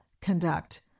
conduct